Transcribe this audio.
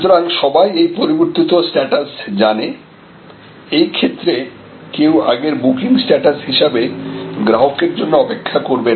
সুতরাং সবাই এই পরিবর্তিত স্ট্যাটাস জানে এই ক্ষেত্রে কেউ আগের বুকিং স্ট্যাটাস হিসাবে গ্রাহকের জন্য অপেক্ষা করবে না